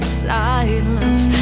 silence